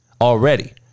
already